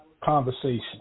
conversation